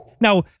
Now